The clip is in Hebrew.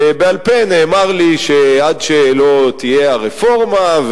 בעל-פה נאמר לי שעד שלא תהיה הרפורמה,